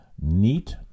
neat